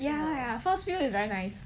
ya ya first few is very nice